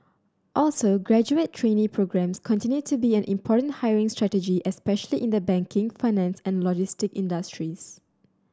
also graduate trainee programmes continue to be an important hiring strategy especially in the banking finance and logistic industries